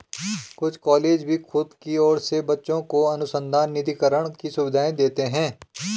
कुछ कॉलेज भी खुद की ओर से बच्चों को अनुसंधान निधिकरण की सुविधाएं देते हैं